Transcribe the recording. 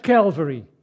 Calvary